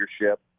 leadership